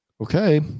Okay